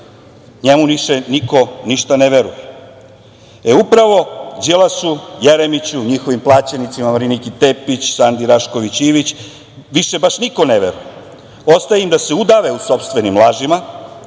više niko ništa ne veruje. Upravo Đilasu, Jeremiću, njihovim plaćenicima, Mariniki Tepić, Sandi Rašković Ivić, više baš niko ne veruje. Ostaje im da se udave u sopstvenim lažima,